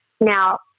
Now